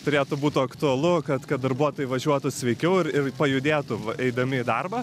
turėtų būt aktualu kad kad darbuotojai važiuotų sveikiau ir ir pajudėtų va eidami darbą